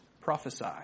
prophesy